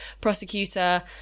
prosecutor